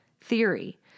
theory